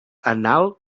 anal